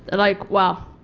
ah like wow